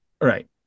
Right